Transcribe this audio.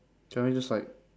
can we just like